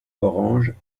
orange